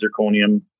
zirconium